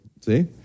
see